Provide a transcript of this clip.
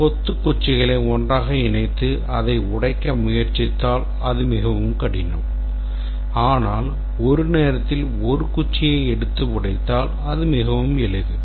ஒரு கொத்து குச்சிகளை ஒன்றாக இணைத்து அதை உடைக்க முயற்சித்தால் அது மிகவும் கடினம் ஆனால் ஒரு நேரத்தில் ஒரு குச்சியை எடுத்து உடைத்தால் அது மிகவும் எளிது